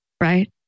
right